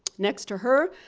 next to her,